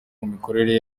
mikorere